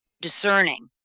discerning